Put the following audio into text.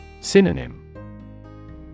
Synonym